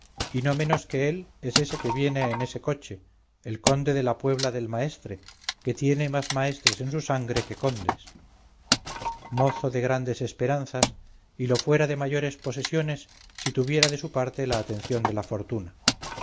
y no menos que él es ese que viene en ese coche el conde de la puebla del maestre que tiene más maestres en su sangre que condes mozo de grandes esperanzas y lo fuera de mayores posesiones si tuviera de su parte la atención de la fortuna